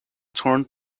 turned